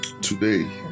Today